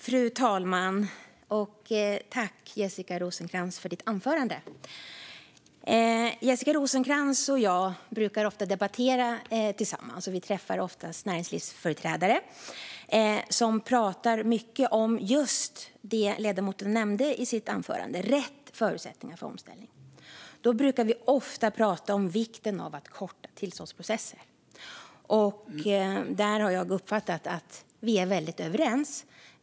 Fru talman! Jag tackar Jessica Rosencrantz för hennes anförande. Jessica Rosencrantz och jag brukar ofta debattera tillsammans. Vi träffar ofta näringslivsföreträdare som pratar mycket om just det ledamoten nämnde i sitt anförande, nämligen rätt förutsättningar för omställning. Då brukar vi ofta prata om vikten av att korta tillståndsprocesser. Där har jag uppfattat att vi är överens.